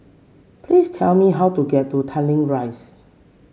please tell me how to get to Tanglin Rise